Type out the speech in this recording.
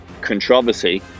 controversy